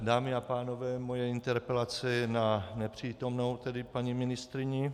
Dámy a pánové, moje interpelace na nepřítomnou tedy paní ministryni.